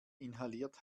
inhaliert